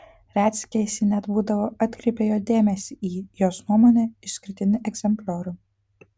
retsykiais ji net būdavo atkreipia jo dėmesį į jos nuomone išskirtinį egzempliorių